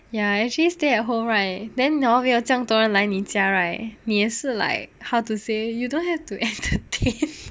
ya actually stay at home right then hor 要这样多人来你家 right 你也是 like how to say you don't have to entertain